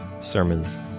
sermons